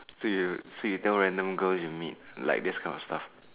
so you tell girls you meet this kind of stuff ah